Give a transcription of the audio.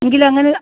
എങ്കിലങ്ങനെ